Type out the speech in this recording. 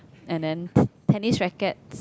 and then tennis rackets